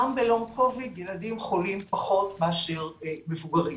גם ב- long covid ילדים חולים פחות מאשר מבוגרים.